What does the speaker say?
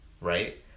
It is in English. Right